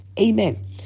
amen